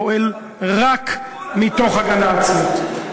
פועל רק מתוך הגנה עצמית.